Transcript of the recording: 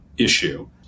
issue